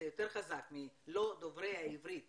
זה יותר חזק, הם לא דוברי עברית.